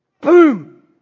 Boom